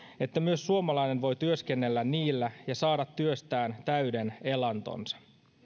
että myös suomalainen voi työskennellä niillä ja saada työstään täyden elantonsa